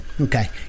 Okay